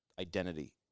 identity